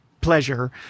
pleasure